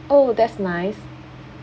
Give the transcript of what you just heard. oh that's nice